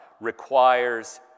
requires